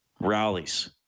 rallies